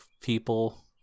people